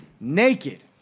Naked